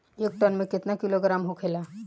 एक टन मे केतना किलोग्राम होखेला?